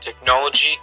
technology